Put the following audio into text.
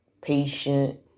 patient